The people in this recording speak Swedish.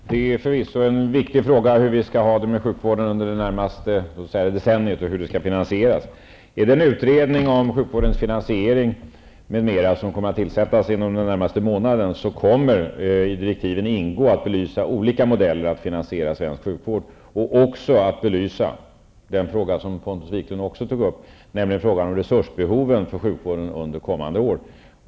Herr talman! Det är förvisso en viktig fråga hur vi skall ha det med sjukvården under det närmaste decenniet och hur den skall finansieras. som kommer att tillsättas inom den närmaste månaden kommer det att ingå i direktiven att belysa olika modeller för att finansiera svensk sjukvård samt att belysa den fråga som Pontus Wiklund också tog upp, nämligen frågan om resursbehovet för sjukvården under kommande år.